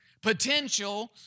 Potential